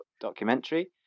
documentary